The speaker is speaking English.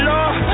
Lord